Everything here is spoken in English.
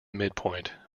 midpoint